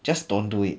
just don't do it